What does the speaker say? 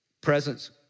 presence